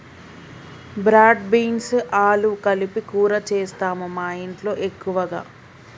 broad beans ఆలు కలిపి కూర చేస్తాము మాఇంట్లో ఎక్కువగా